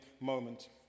moment